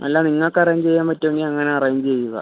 അല്ല നിങ്ങൾക്ക് അറേഞ്ച് ചെയ്യാൻ പറ്റുവെങ്കിൽ അങ്ങനെ അറേഞ്ച് ചെയ്യുക